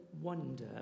wonder